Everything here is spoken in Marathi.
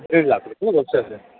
दीड लाख रुपये ना वर्षाचे